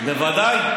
בוודאי.